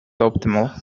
optimal